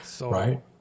right